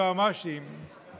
היועצים המשפטיים,